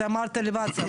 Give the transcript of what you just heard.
אתה אמרת לוואטסאפ,